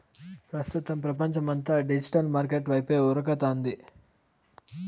ప్రస్తుతం పపంచమంతా digital market వైపే ఉరకతాంది